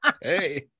Hey